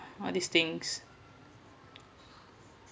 all these things